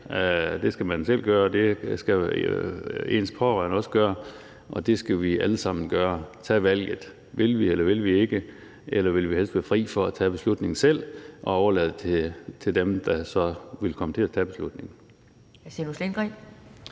Det skal man selv gøre, det skal ens pårørende også gøre, og det skal vi alle sammen gøre: tage valget. Vil vi, eller vil vi ikke, eller vil vi helst være fri for at tage beslutningen selv og overlade det til dem, der så vil komme til at tage beslutningen?